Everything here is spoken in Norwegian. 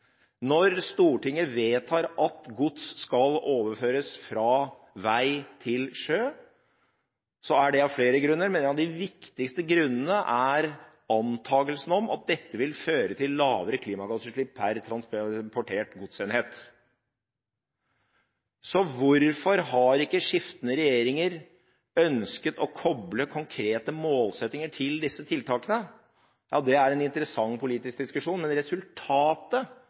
Når Stortinget vedtar at gods skal overføres fra vei til sjø, er det av flere grunner, men en av de viktigste grunnene er antakelsen om at dette vil føre til lavere klimagassutslipp per transportert godsenhet. Så hvorfor har ikke skiftende regjeringer ønsket å koble konkrete målsettinger til disse tiltakene? Det er en interessant politisk diskusjon, men resultatet